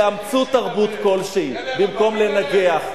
תאמצו תרבות כלשהי במקום לנגח,